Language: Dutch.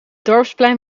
dorpsplein